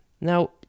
Now